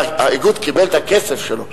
והאיגוד קיבל את הכסף שלו.